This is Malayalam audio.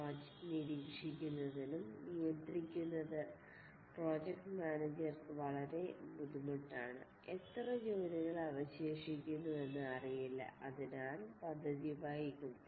പ്രോജക്ട് നിരീക്ഷിക്കുന്നതിനും നിയന്ത്രിക്കുന്നത് പ്രോജക്ട് മാനേജർക്ക് വളരെ ബുദ്ധിമുട്ടാണ് എത്ര ജോലികൾ അവശേഷിക്കുന്നു എന്ന് അറിയില്ല അതിനാൽ പദ്ധതി വൈകും